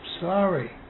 sorry